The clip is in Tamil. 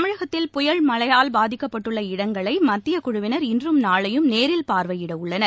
தமிழகத்தில் புயல் மழையால் பாதிக்கப்பட்ட இடங்களை மத்தியக் குழுவினர் இன்றும் நாளையும் நேரில் பார்வையிட உள்ளனர்